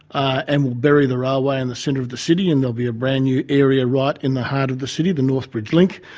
and will bury the railway in the centre of the city and there will be a brand new area right in the heart of the city, the northbridge link,